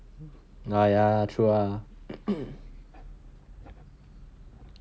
ya ya true ah